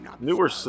newer